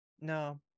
No